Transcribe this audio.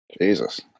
Jesus